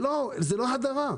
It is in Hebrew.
זה לא הדרה,